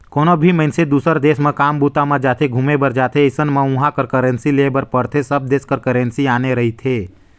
कोनो भी मइनसे दुसर देस म काम बूता म जाथे, घुमे बर जाथे अइसन म उहाँ कर करेंसी लेय बर पड़थे सब देस कर करेंसी आने रहिथे